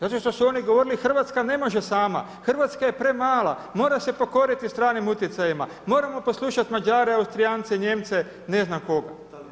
Zato što su oni govorili Hrvatska ne može sama, Hrvatska je premala, mora se pokoriti stranim utjecajima, moramo poslušati Mađare, Austrijance, Nijemce, ne znam koga.